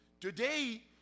Today